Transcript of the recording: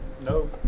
No